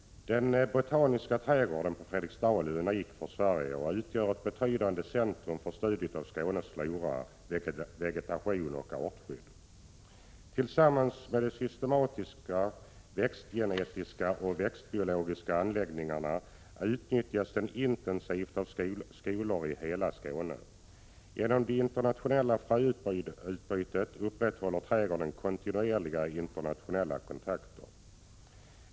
Den botaniska trädgården på Fredriksdal är unik för Sverige och utgör ett betydande centrum för studiet av Skånes flora, vegetation och artskydd. Tillsammans med de systematiska, växtgenetiska och växtbiologiska anläggningarna utnyttjas den intensivt av skolor i hela Skåne. Genom det internationella fröutbytet upprätthåller trädgården kontinuerliga internationella kontakter.